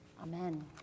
Amen